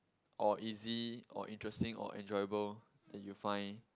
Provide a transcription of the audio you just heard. or easy or interesting or enjoyable that you find